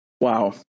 Wow